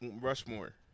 Rushmore